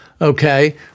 okay